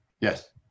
Yes